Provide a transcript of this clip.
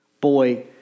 Boy